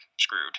screwed